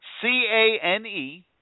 C-A-N-E